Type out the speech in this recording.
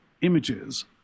images